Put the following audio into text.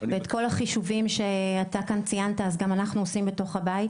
ואת כל החישובים שאתה כאן ציינת אז גם אנחנו עושים בתוך הבית,